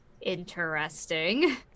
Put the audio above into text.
interesting